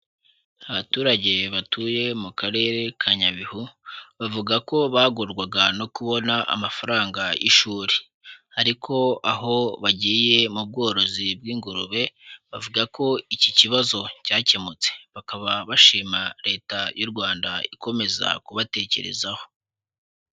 Abaturage batuye mu Karere ka Nyabihu, bavuga ko bagorwaga no kubona amafaranga y'ishuri, ariko aho bagiye mu bworozi bw'ingurube, bavuga ko iki kibazo cyakemutse. Bakaba bashima leta y'u Rwanda ikomeza kubatekerezaho.